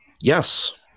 Yes